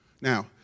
Now